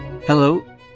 Hello